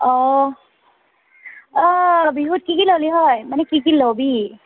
অঁ অঁ বিহুত কি কি ল'লি হয় মানে কি কি ল'বি